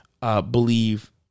believe